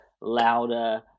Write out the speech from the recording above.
louder